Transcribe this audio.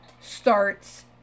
starts